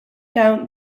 down